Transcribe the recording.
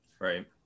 Right